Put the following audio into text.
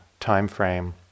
timeframe